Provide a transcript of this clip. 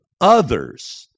others